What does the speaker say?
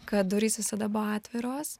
kad durys visada buvo atviros